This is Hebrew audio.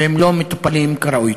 והם לא מטופלים כראוי.